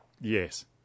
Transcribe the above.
Yes